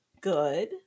Good